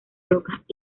rocas